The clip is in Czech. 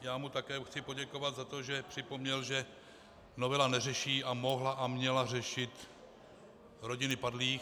Já mu také chci poděkovat za to, že připomněl, že novela neřeší a mohla a měla řešit rodiny padlých.